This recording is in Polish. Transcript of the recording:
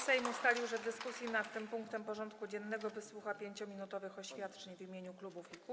Sejm ustalił, że w dyskusji nad tym punktem porządku dziennego wysłucha 5-minutowych oświadczeń w imieniu klubów i kół.